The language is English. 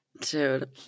Dude